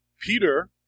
Peter